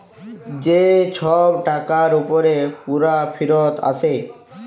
যে ছব টাকার উপরে পুরা ফিরত আসে